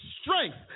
strength